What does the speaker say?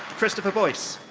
christopher boyce.